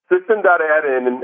System.add-in